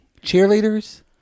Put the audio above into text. Cheerleaders